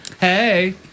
Hey